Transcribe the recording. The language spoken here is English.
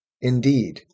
Indeed